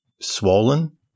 swollen